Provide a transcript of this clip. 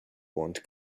want